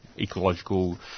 ecological